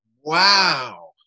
Wow